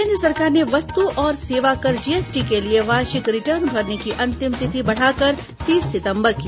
केन्द्र सरकार ने वस्तु और सेवा कर जीएसटी के लिए वार्षिक रिटर्न भरने की अंतिम तिथि बढ़ाकर तीस सितंबर की